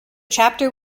chapter